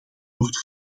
wordt